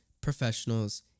professionals